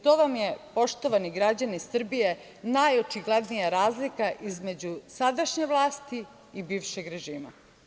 To vam je poštovani građani Srbije najočiglednija razlika između sadašnje vlasti i bivšeg režima.